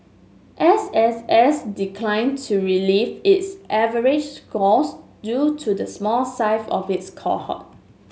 S S S declined to reveal its average scores due to the small size of its cohort